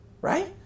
Right